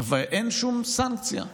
אבל אין שום סנקציה.